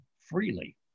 freely